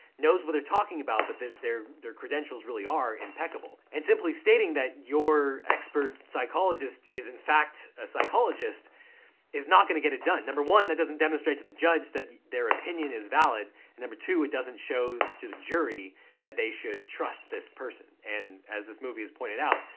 knows what they're talking about but that their credentials really are impeccable and simply stating that your expert psychologist is in fact a psychologist is not gonna get it done. number one, that doesn't demonstrate to the judge that their opinion is valid and number two, it doesn't show to the jury that they should trust this person and as this movie has pointed out,